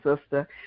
sister